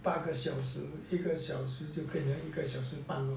八个小时一个小时就变成一个小时半咯